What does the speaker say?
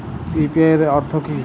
UPI এর অর্থ কি?